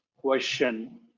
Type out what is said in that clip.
question